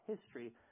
history